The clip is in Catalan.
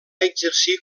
exercir